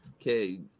Okay